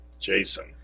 Jason